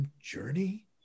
Journey